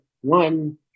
one